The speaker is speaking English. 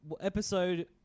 Episode